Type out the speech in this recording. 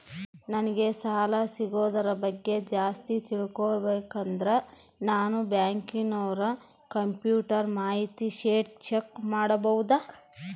ನಂಗೆ ಸಾಲ ಸಿಗೋದರ ಬಗ್ಗೆ ಜಾಸ್ತಿ ತಿಳಕೋಬೇಕಂದ್ರ ನಾನು ಬ್ಯಾಂಕಿನೋರ ಕಂಪ್ಯೂಟರ್ ಮಾಹಿತಿ ಶೇಟ್ ಚೆಕ್ ಮಾಡಬಹುದಾ?